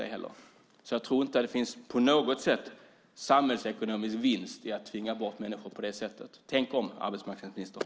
Jag tror alltså inte att det finns någon som helst samhällsekonomisk vinst i att tvinga bort människor på detta sätt. Tänk om, arbetsmarknadsministern!